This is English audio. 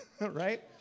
right